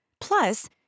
Plus